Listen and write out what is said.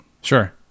Sure